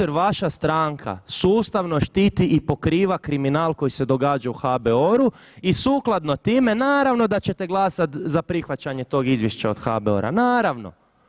Zato jer vaša stranka sustavno štiti i pokriva kriminal koji se događa u HBOR-u i sukladno time naravno da ćete glasat za prihvaćanje tog izvješća od HBOR-a, naravno.